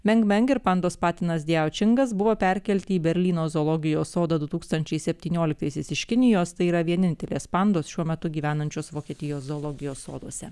mengmeng ir pandos patinas dijau čingas buvo perkelti į berlyno zoologijos sodą du tūkstančiai septynioliktaisiais iš kinijos tai yra vienintelės pandos šiuo metu gyvenančios vokietijos zoologijos soduose